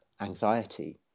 anxiety